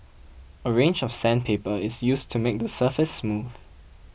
a range of sandpaper is used to make the surface smooth